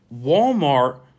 Walmart